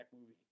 movie